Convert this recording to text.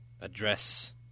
address